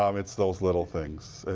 um it's those little things.